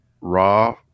raw